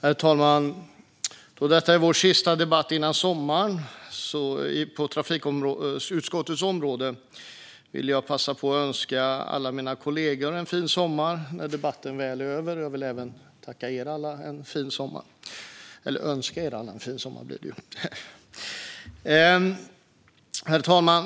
Herr talman! Då detta är vår sista debatt innan sommaren på trafikutskottets område vill jag passa på att önska alla mina kollegor en fin sommar när debatten väl är över. Jag vill även önska alla er andra en fin sommar. Herr talman!